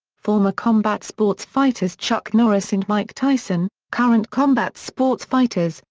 former combat sports fighters chuck norris and mike tyson, current combat sports fighters,